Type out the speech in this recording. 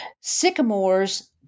Sycamore's